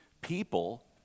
People